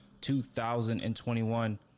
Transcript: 2021